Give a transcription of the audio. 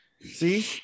see